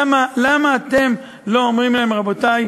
למה אתם לא אומרים להם: רבותי,